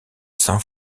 saint